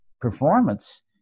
performance